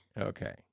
Okay